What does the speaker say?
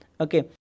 Okay